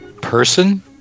Person